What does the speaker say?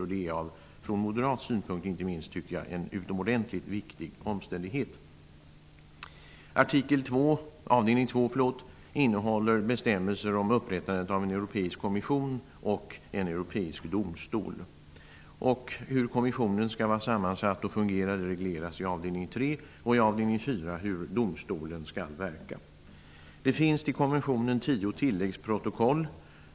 Jag tycker att det inte minst från moderat synpunkt är en utomordentligt viktig omständighet. Avdelning två innehåller bestämmelser om upprättandet av en europeisk kommission och en europeisk domstol. Hur kommissionen skall vara sammansatt och fungera regleras i avdelning tre. I avdelning fyra regleras hur domstolen skall verka. Det finns till konventionen tio tilläggsprotokoll.